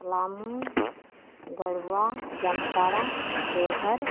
Palamu Garhwa Jamtara Deoghar